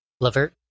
Levert